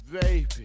baby